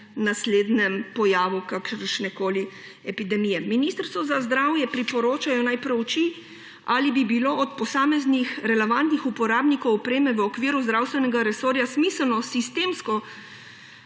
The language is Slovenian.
naslednjem pojavu kakršnekoli epidemije. Ministrstvu za zdravje priporočajo, naj prouči, ali bi bilo od posameznih relevantnih uporabnikov opreme v okviru zdravstvenega resorja smiselno sistemsko